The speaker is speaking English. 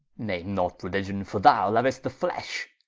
name not religion, for thou lou'st the flesh,